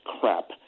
crap